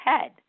head